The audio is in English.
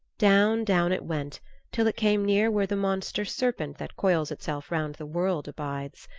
down, down it went till it came near where the monster serpent that coils itself round the world abides.